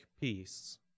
peace